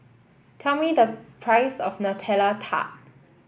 tell me the price of Nutella Tart